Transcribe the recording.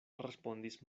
respondis